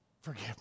forgive